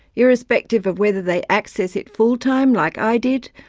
irrespective of whether they access it full-time, like i did,